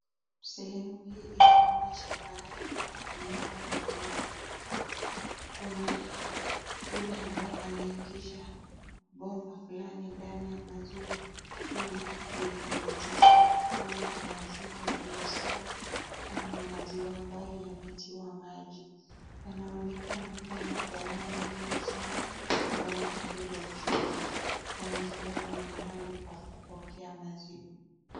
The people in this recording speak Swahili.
Sehemu hii inaonyesha mahali pa kupimiwa maziwa. Kuna yule ambaye anaingisha bomba fulani ndani ya maziwa ili kuithibitisha kama ni maziwa iliyo sawa ama ni maziwa ambayo yametiwa maji. Inaonekana kuna galani nyingi sana ndani ya hilo chumba kwani huenda ni mahali pa kupokea maziwa.